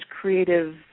creative